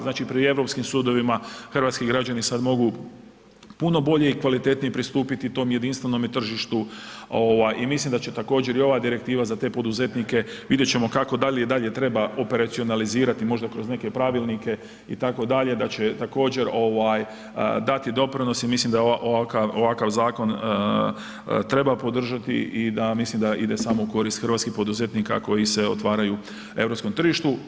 Znači pri europskim sudovima hrvatski građani sad mogu puno bolje i kvalitetnije pristupiti tom jedinstvenome tržištu ovaj i mislim da će također i ova direktiva za te poduzetnike, vidjet ćemo kako dalje i dalje treba operacionalizirati možda kroz neke pravilnike itd. da će također ovaj dati doprinos i mislim da ovakav zakon treba podržati i da mislim da ide samo u korist hrvatskih poduzetnika koji se otvaraju europskom tržištu.